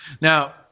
Now